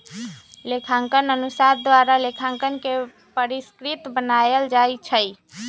लेखांकन अनुसंधान द्वारा लेखांकन के परिष्कृत बनायल जाइ छइ